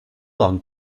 long